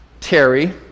Terry